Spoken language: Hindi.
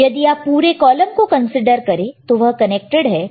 तो यदि आप पूरे कॉलम को कंसीडर करें तो वह कनेक्टेड है